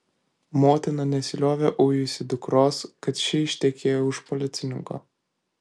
motina nesiliovė ujusi dukros kad ši ištekėjo už policininko